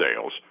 sales